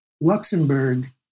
Luxembourg